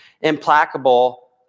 implacable